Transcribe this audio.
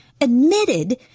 admitted